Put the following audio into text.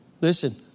Listen